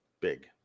Big